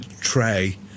tray